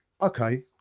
okay